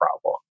problem